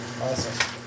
Awesome